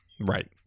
Right